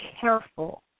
careful